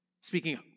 speaking